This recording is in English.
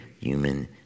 human